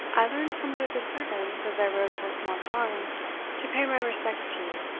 i learned from one of the servants, as i rode towards monkbarns to pay my respects to you,